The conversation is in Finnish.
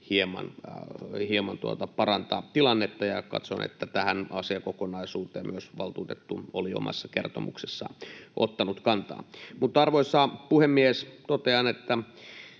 hieman parantaa tilannetta. Katson, että tähän asiakokonaisuuteen myös valtuutettu oli omassa kertomuksessaan ottanut kantaa. Arvoisa puhemies! Totean, että